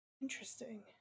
Interesting